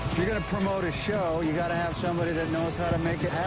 you're gonna promote a show, you got to have somebody that knows how to make it